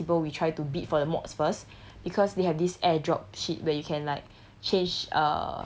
but obviously as much as possible we try to bid for the mods first because they have this air drop shit where you can like